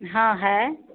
हाँ है